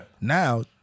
Now